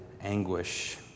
anguish